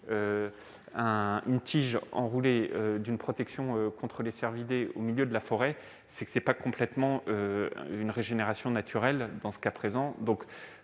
une tige entourée d'une protection contre les cervidés au milieu de la forêt, c'est que ce n'est pas complètement le produit d'une régénération naturelle ... On peut